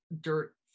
dirt